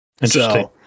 Interesting